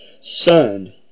Son